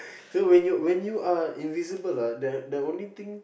so when when you are invisible lah the the only thing